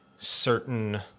Certain